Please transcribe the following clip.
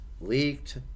leaked